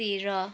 तेह्र